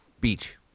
Beach